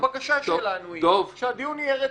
הבקשה שלנו שהדיון יהיה רציני,